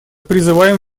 призываем